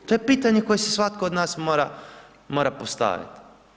To je pitanje koje si svatko od nas mora postaviti.